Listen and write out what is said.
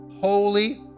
holy